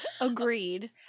Agreed